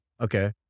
Okay